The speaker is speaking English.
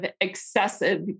excessive